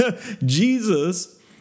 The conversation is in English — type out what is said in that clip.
Jesus